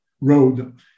road